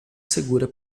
segura